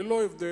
ללא הבדל,